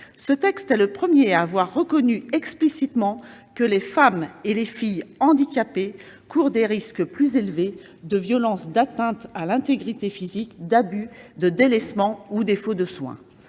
Ce texte est le premier à avoir reconnu explicitement que les femmes et les filles handicapées courent « des risques plus élevés de violence, d'atteinte à l'intégrité physique, d'abus, de délaissement ou de défaut de soins